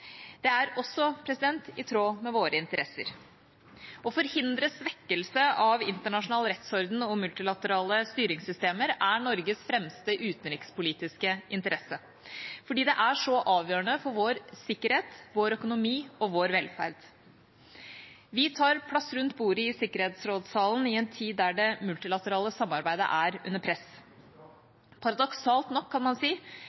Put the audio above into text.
Det er også i tråd med våre interesser. Å forhindre svekkelse av internasjonal rettsorden og multilaterale styringssystemer er Norges fremste utenrikspolitiske interesse fordi det er så avgjørende for vår sikkerhet, vår økonomi og vår velferd. Vi tar plass rundt bordet i sikkerhetsrådssalen i en tid der det multilaterale samarbeidet er under press – paradoksalt nok, kan man si,